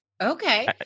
okay